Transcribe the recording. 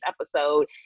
episode